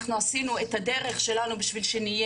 אנחנו עשינו את הדרך שלנו בשביל שנהיה